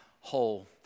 whole